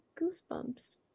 Goosebumps